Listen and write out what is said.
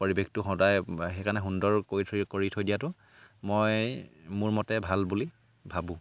পৰিৱেশটো সদায় সেইকাৰণে সুন্দৰ কৰি থৈ কৰি থৈ দিয়াটো মই মোৰ মতে ভাল বুলি ভাবোঁ